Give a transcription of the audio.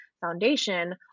foundation